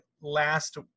last